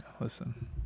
listen